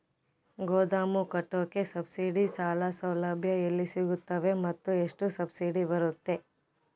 ಗೋದಾಮು ಕಟ್ಟೋಕೆ ಸಬ್ಸಿಡಿ ಸಾಲ ಸೌಲಭ್ಯ ಎಲ್ಲಿ ಸಿಗುತ್ತವೆ ಮತ್ತು ಎಷ್ಟು ಸಬ್ಸಿಡಿ ಬರುತ್ತೆ?